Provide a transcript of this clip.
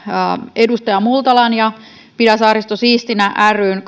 edustaja multalan ja pidä saaristo siistinä ryn